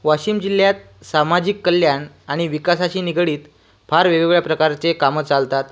वाशिम जिल्ह्यात सामाजिक कल्याण आणि विकासाशी निगडित फार वेगवेगळ्या प्रकारची कामं चालतात